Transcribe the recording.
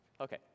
Okay